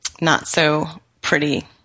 not-so-pretty